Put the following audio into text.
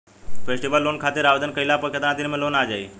Festival loan खातिर आवेदन कईला पर केतना दिन मे लोन आ जाई?